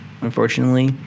Unfortunately